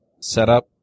setup